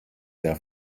sehr